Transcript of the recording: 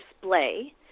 display